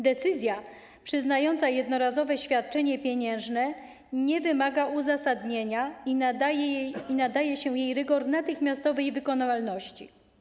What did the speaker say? Decyzja przyznająca jednorazowe świadczenie pieniężne nie wymaga uzasadnienia i nadaje się jej rygor natychmiastowej wykonalności.